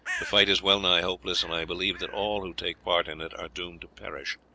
the fight is well-nigh hopeless, and i believe that all who take part in it are doomed to perish.